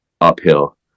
uphill